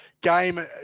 game